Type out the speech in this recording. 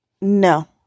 No